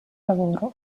lavoro